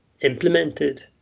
implemented